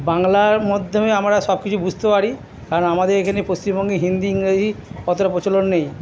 বাংলার মাধ্যমে আমরা সবকিছু বুঝতে পারি আর আমাদের এখানে পশ্চিমবঙ্গে হিন্দি ইংরাজি অতটা প্রচলন নেই